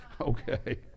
Okay